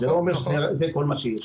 זה לא אומר שזה כל מה שיש.